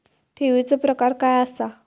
ठेवीचो प्रकार काय असा?